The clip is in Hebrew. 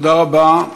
תודה רבה.